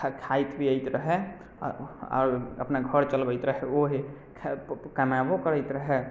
खाइ पियैत रहै आओर अपना घर चलबैत रहै ओहे कमैबो करैत रहै